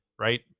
right